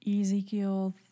Ezekiel